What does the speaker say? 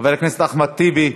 חבר הכנסת אחמד טיבי,